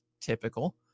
typical